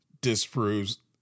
Disproves